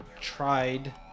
tried